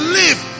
live